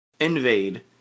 Invade